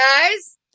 guys